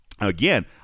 Again